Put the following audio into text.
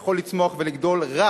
יכול לצמוח ולגדול רק